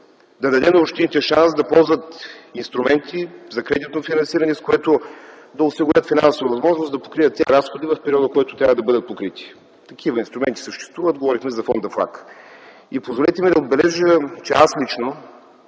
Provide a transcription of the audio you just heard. да даде на общините шанс да ползват инструменти за кредитно финансиране, с което да осигурят финансова възможност да покрият разходите в периода, когато трябва да бъдат покрити. Такива инструменти съществуват, говорихме за Фонда ФЛАГ. Позволете да отбележа, че аз лично